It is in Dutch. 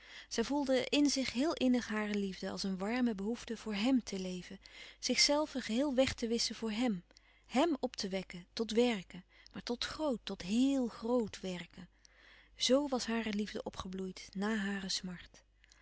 zij voelde in zich heel innig hare liefde als een warme behoefte voor hèm te leven zichzelve geheel weg te wisschen voor hèm hèm op te wekken tot werken maar tot groot tot heel groot werken zo was hare liefde opgebloeid na hare smart